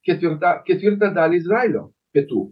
ketvirtą ketvirtą dalį izraelio pietų